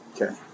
Okay